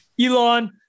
Elon